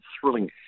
Thrilling